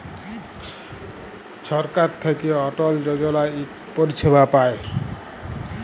ছরকার থ্যাইকে অটল যজলা ইক পরিছেবা পায়